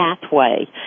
pathway